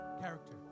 character